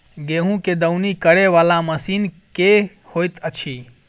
गेंहूँ केँ दौनी करै वला मशीन केँ होइत अछि?